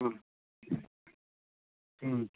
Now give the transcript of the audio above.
ହଁ ହଁ